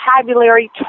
vocabulary